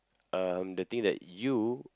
um the thing that you